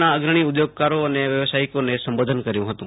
ના અગ્રણી ઉદ્યોગકારો અને વ્યવસાયિકોને સંબોધન કર્યું હતું